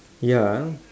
ya